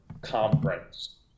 conference